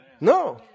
No